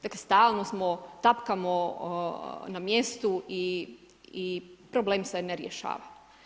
Dakle, stalno smo, tapkamo na mjestu i problem se ne rješava.